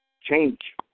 Change